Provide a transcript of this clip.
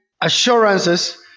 assurances